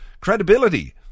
credibility